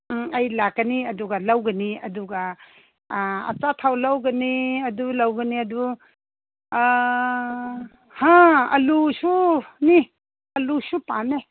ꯎꯝ ꯑꯩ ꯂꯥꯛꯀꯅꯤ ꯑꯗꯨꯒ ꯂꯧꯒꯅꯤ ꯑꯗꯨ ꯑꯆꯥꯊꯥꯎ ꯂꯧꯒꯅꯤ ꯑꯗꯨ ꯂꯧꯒꯅꯤ ꯑꯗꯨ ꯍꯥ ꯑꯥꯂꯨꯁꯨꯅꯤ ꯑꯥꯂꯨꯁꯨ ꯄꯥꯝꯃꯦ